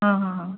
हां हां हां